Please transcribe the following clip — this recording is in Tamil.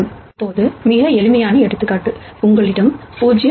இப்போது மிக எளிமையான எடுத்துக்காட்டு உங்களிடம் 0